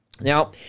Now